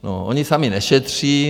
No, oni sami nešetří.